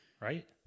Right